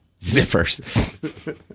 Zippers